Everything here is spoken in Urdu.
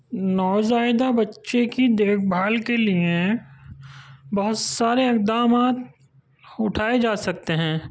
نوزائدہ بچے کی دیکھ بھال كے لیے بہت سارے اقدامات اُٹھائے جا سكتے ہیں